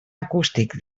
acústic